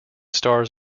stars